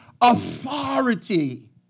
authority